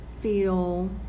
feel